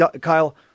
Kyle